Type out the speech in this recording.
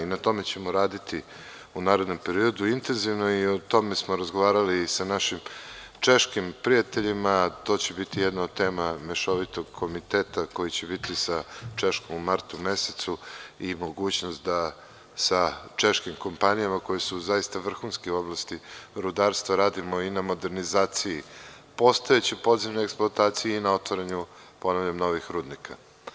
Na tome ćemo raditi u narednom periodu intenzivno i o tome smo razgovarali i sa našim češkim prijateljima, to će biti jedna od tema mešovitog komiteta koji će biti sa Češkom u martu mesecu i mogućnost da sa češkim kompanijama koje su zaista vrhunske u oblasti rudarstva, radimo i na modernizaciji postojeće podzemne eksploatacije i na otvaranju, ponavljam, novih rudnika.